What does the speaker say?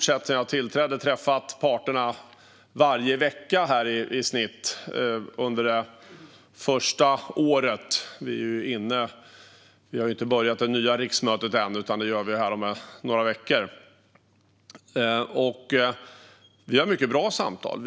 Sedan jag tillträdde har vi träffat parterna i stort sett varje vecka, och vi har mycket bra samtal.